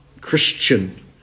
Christian